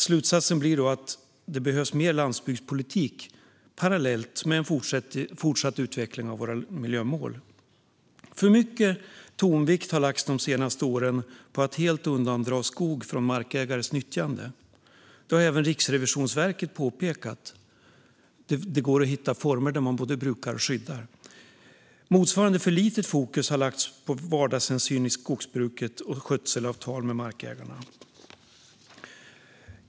Slutsatsen blir då att det behövs mer landsbygdspolitik parallellt med en fortsatt utveckling av våra miljömål. För mycket tonvikt har de senaste åren lagts på att helt undandra skog från markägares nyttjande. Det har även Riksrevisionen påpekat. Det går att hitta former där man både brukar och skyddar. Motsvarande för lite fokus har lagts på vardagshänsyn i skogsbruket och skötselavtal med markägarna.